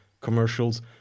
commercials